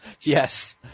Yes